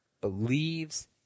believes